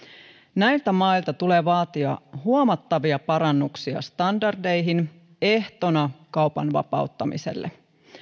näiltä mailta tulee vaatia huomattavia parannuksia standardeihin ehtona kaupan vapauttamiselle